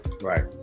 Right